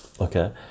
okay